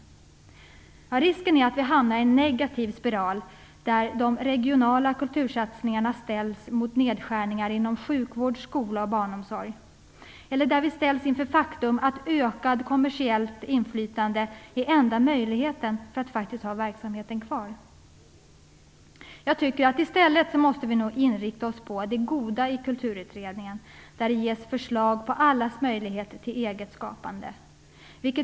Risken är att vi hamnar i en negativ spiral, där de regionala kultursatsningarna ställs mot nedskärningar inom sjukvård, skola och barnomsorg eller där vi ställs inför faktum att ökat kommersiellt inflytande är enda möjligheten för att ha verksamheten kvar. I stället måste vi nu inrikta oss på det goda i Kulturutredningen, förslag som innebär att alla ges möjlighet till eget skapande.